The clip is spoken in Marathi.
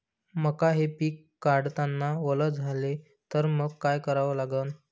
मका हे पिक काढतांना वल झाले तर मंग काय करावं लागन?